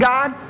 God